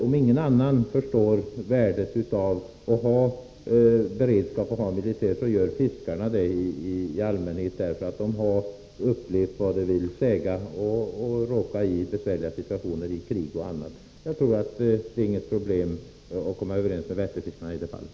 Om ingen annan förstår värdet av att ha beredskap och militär gör fiskarna det i allmänhet, därför att de har upplevt vad det vill säga att råka i besvärliga situationer i krig och annat. Jag tror att det inte är något problem att komma överens med Vätternfiskarna i det fallet.